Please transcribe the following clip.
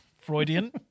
freudian